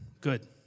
Good